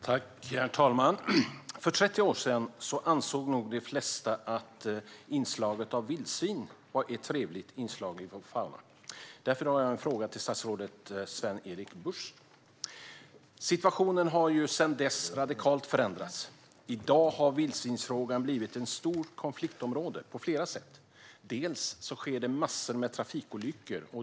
Herr talman! För 30 år sedan ansåg nog de flesta att vildsvin var ett trevligt inslag i vår fauna. Därför har jag en fråga till statsrådet Sven-Erik Bucht. Situationen har sedan dess radikalt förändrats. I dag har vildsvinsfrågan blivit ett stort konfliktområde, på flera sätt. Det sker massor av trafikolyckor.